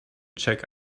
check